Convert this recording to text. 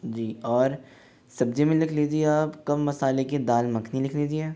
जी और सब्ज़ी में लिख लीजिए आप कम मसाले की दाल मखनी लिख लीजिए